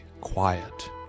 quiet